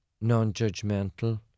non-judgmental